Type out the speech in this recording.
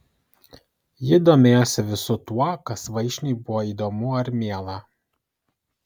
ji domėjosi visu tuo kas vaišniui buvo įdomu ar miela